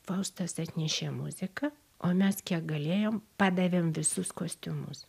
faustas atnešė muziką o mes kiek galėjom padavėm visus kostiumus